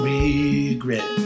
regret